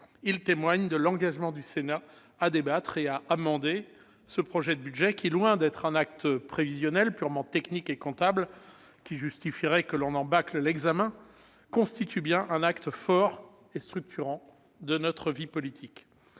Ils témoignent de l'engagement du Sénat à débattre et à amender ce projet de budget, qui, loin d'être un acte prévisionnel purement technique et comptable, ce qui justifierait que l'on en bâcle l'examen, constitue bien un acte fort et structurant de notre vie politique.